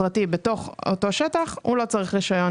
פרטי בתוך אותו שטח הוא לא צריך רישיון.